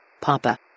Papa